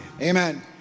Amen